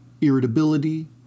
irritability